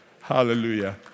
Hallelujah